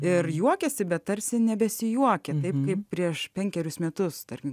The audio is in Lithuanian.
ir juokiasi bet tarsi nebesijuokia taip kaip prieš penkerius metus tarkim